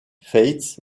faith